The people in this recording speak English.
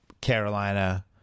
Carolina